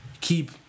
keep